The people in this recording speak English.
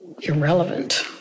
irrelevant